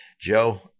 Joe